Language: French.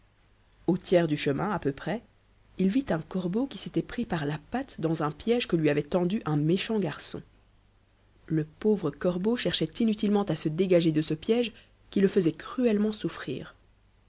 au tiers du chemin à peu près il vit un corbeau qui s'était pris par la patte dans un piège que lui avait tendu un méchant garçon le pauvre corbeau cherchait inutilement à se dégager de ce piège qui le faisait cruellement souffrir